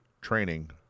training